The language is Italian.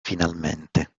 finalmente